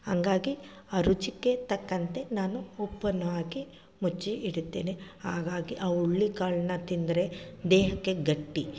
ಹಂಗಾಗಿ ಆ ರುಚಿಗೆ ತಕ್ಕಂತೆ ನಾನು ಉಪ್ಪನ್ನು ಹಾಕಿ ಮುಚ್ಚಿ ಇಡುತ್ತೇನೆ ಹಾಗಾಗಿ ಆ ಹುಳ್ಳಿ ಕಾಳನ್ನ ತಿಂದರೆ ದೇಹಕ್ಕೆ ಗಟ್ಟಿ